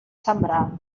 sembrar